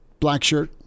Blackshirt